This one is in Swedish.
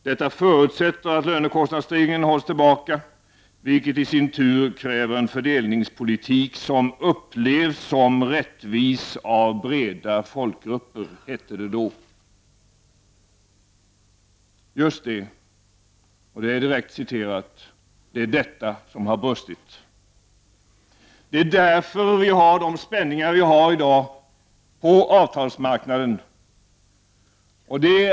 ”Detta förutsätter att lönekostnadsstegringen hålls tillbaka — vilket i sin tur kräver en fördelningspolitik som upplevs som rättvis av breda folkgrupper”, hette det då. Just det. Det är också på den punkten det har brustit. Det är därför det är sådana spänningar på avtalsmarknaden i dag.